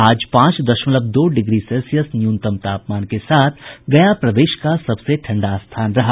आज पांच दशमलव दो डिग्री सेल्सियस न्यूनतम तापमान के साथ गया प्रदेश का सबसे ठंडा स्थान रहा